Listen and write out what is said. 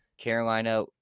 Carolina